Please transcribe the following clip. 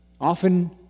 Often